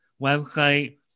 website